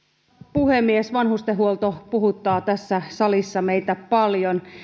puhemies vanhustenhuolto puhuttaa tässä salissa meitä paljon